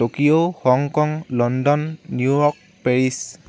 Tokyo Hong Kong London New York Paris